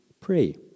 pray